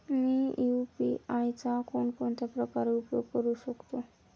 मी UPI चा कोणकोणत्या प्रकारे उपयोग करू शकतो?